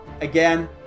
again